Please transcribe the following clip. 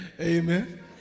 Amen